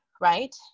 right